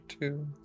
two